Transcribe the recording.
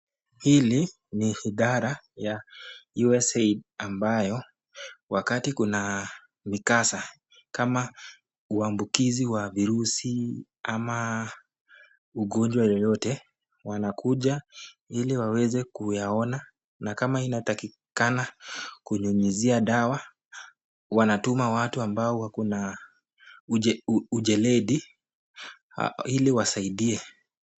Hili ni idara ya USAID, ambayo wakati kuna mikasa kama uambukizi wa virusi ama ugonjwa yoyote, wanakuja ili waweze kuyaona na kama inatakikana kunyunyizia dawa, wanatuma watu ambao kuna ujeledi ili wasaidie.